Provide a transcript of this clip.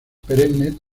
perennes